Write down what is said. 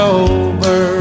over